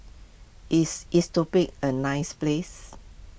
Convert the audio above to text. is Ethiopia a nice place